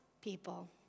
people